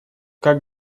как